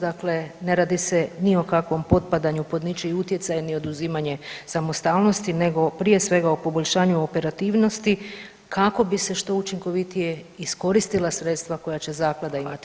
Dakle, ne radi se ni o kakvom potpadanju pod ničiji utjecaj ni oduzimanje samostalnosti nego prije svega o poboljšanju operativnosti kako bi se što učinkovitije iskoristila sredstva koja će zaklada imati